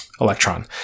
electron